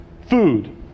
food